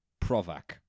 Provac